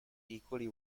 equally